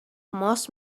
most